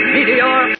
Meteor